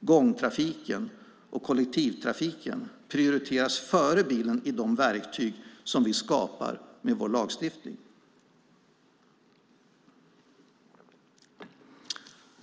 gångtrafiken och kollektivtrafiken prioriteras före bilen i de verktyg vi skapar med vår lagstiftning.